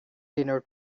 dinner